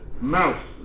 mouse